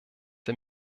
der